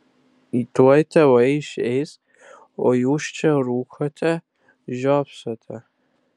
tuoj tėvai išeis o jūs čia rūkote žiopsote